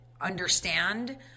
understand